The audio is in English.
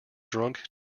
drunk